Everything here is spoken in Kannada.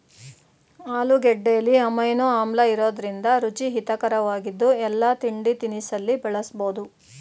ಆಲೂಗೆಡ್ಡೆಲಿ ಅಮೈನೋ ಆಮ್ಲಇರೋದ್ರಿಂದ ರುಚಿ ಹಿತರಕವಾಗಿದ್ದು ಎಲ್ಲಾ ತಿಂಡಿತಿನಿಸಲ್ಲಿ ಬಳಸ್ಬೋದು